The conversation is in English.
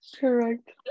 Correct